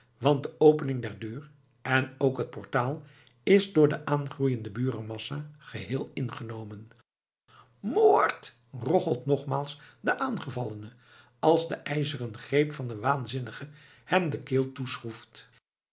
want de opening der deur en ook t portaal is door de aangroeiende burenmassa geheel ingenomen moord rochelt nogmaals de aangevallene als de ijzeren greep van den waanzinnige hem de keel